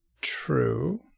True